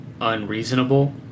unreasonable